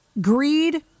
greed